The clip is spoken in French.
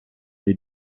les